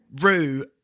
Rue